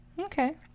Okay